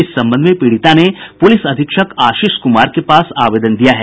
इस संबंध में पीड़िता ने पुलिस अधीक्षक आशीष कुमार के पास आवेदन दिया है